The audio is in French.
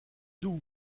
d’où